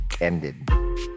ended